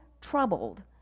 troubled